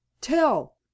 tell